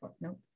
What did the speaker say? no